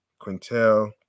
Quintel